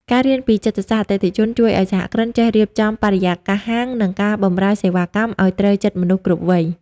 ការរៀនពី "ចិត្តសាស្ត្រអតិថិជន" ជួយឱ្យសហគ្រិនចេះរៀបចំបរិយាកាសហាង និងការបម្រើសេវាកម្មឱ្យត្រូវចិត្តមនុស្សគ្រប់វ័យ។